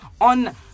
on